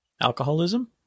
Alcoholism